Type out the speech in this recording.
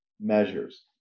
measures